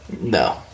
no